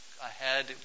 ahead